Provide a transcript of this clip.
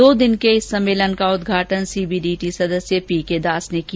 दो दिन के इस सम्मेलन का उदघाटन सीबीडीटी सदस्य पी के दास ने किया